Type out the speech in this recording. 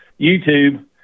youtube